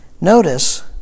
Notice